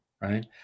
Right